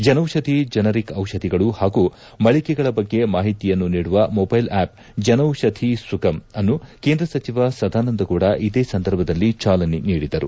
ಜನೌಷಧಿ generic ಡಿಷಧಿಗಳೂ ಹಾಗೂ ಮಳಿಗೆಗಳ ಬಗ್ಗೆ ಮಾಹಿತಿಯನ್ನು ನೀಡುವ ಮೊಬೈಲ್ ಅಪ್ ಜನೌಪಧಿ ಸುಗಮ್ ಅನ್ನು ಕೇಂದ್ರ ಸಚಿವ ಸದಾನಂದಗೌಡ ಇದೇ ಸಂದರ್ಭದಲ್ಲಿ ಚಾಲನೆ ನೀಡಿದರು